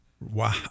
Wow